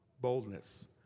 boldness